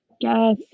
Yes